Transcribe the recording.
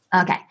Okay